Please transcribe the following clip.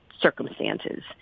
circumstances